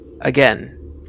again